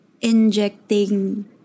injecting